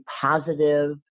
positive